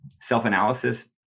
self-analysis